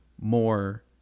more